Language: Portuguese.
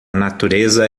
natureza